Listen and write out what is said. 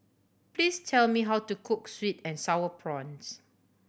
please tell me how to cook sweet and Sour Prawns